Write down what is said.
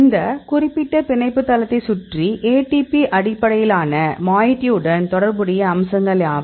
இந்த குறிப்பிட்ட பிணைப்பு தளத்தை சுற்றி ATP அடிப்படையிலான மொயட்டியுடன் தொடர்புடைய அம்சங்கள் யாவை